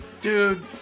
Dude